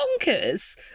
bonkers